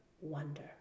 wonder